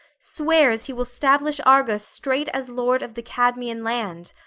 swears he will stablish argos straight as lord of the cadmeian land,